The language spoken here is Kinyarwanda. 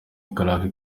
karake